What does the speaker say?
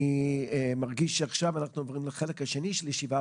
אני מרגיש שעכשיו אנחנו עוברים לחלק השני של הישיבה,